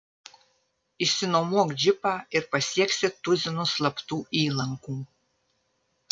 išsinuomok džipą ir pasieksi tuzinus slaptų įlankų